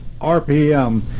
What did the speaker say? RPM